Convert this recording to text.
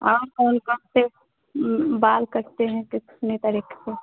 और कौन कौन से बाल कटते हैं कितने तरीक़े से